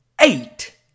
Eight